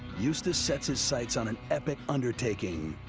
eustace sets his sights on an epic undertaking,